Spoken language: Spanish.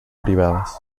privadas